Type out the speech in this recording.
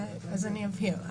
אני אבהיר.